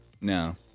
no